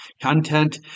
content